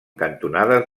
cantonades